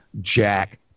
Jack